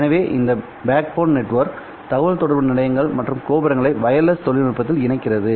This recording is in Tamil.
எனவே இந்த backbone நெட்வொர்க் தகவல் தொடர்பு நிலையங்கள் மற்றும் கோபுரங்களை வயர்லெஸ் தொழில்நுட்பத்தில் இணைகிறது